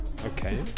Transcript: okay